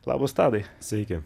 labas tadai sveiki